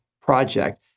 project